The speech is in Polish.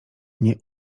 nie